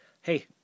Hey